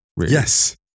Yes